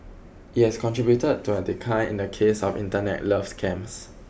it has contributed to a decline in the case of Internet love scams